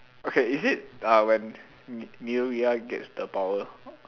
okay is it uh when gets the power